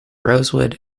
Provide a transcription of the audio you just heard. rosewood